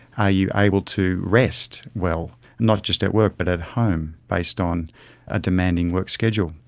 are you able to rest well, not just at work but at home, based on a demanding work schedule?